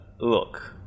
look